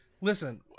Listen